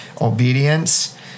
obedience